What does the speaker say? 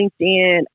LinkedIn